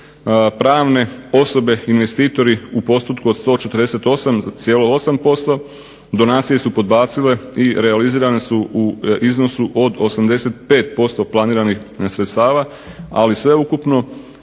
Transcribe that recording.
pravne osobe investitori u postotku od 148,8%. Donacije su podbacile i realizirane su u iznosu od 85% planiranih sredstava. Ali sveukupno